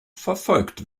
verfolgt